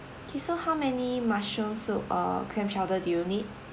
okay so how many mushroom soup or clam chowder do you need